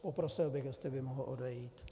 Poprosil bych, jestli by mohl odejít.